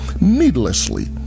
needlessly